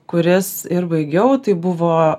kurias ir baigiau tai buvo